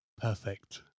perfect